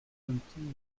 fünfzehn